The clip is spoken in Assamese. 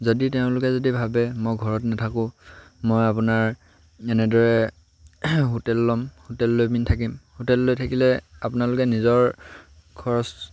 যদি তেওঁলোকে যদি ভাবে মই ঘৰত নাথাকোঁ মই আপোনাৰ এনেদৰে হোটেল ল'ম হোটেল লৈ পিনি থাকিম হোটেল লৈ থাকিলে আপোনালোকে নিজৰ খৰচ